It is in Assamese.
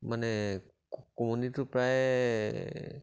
মানে কণীটো প্ৰায়